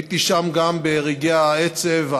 הייתי שם גם ברגעי העצב,